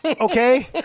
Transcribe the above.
Okay